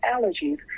allergies